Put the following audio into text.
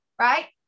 right